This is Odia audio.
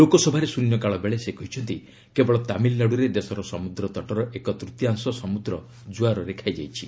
ଲୋକସଭାରେ ଶ୍ରନ୍ୟକାଳ ବେଳେ ସେ କହିଛନ୍ତି କେବଳ ତାମିଲ୍ନାଡ୍ରରେ ଦେଶର ସମୁଦ୍ର ତଟର ଏକ ତୂତୀୟାଂଶ ସମୁଦ୍ର ଜୁଆରରେ ଖାଇଯାଇଛି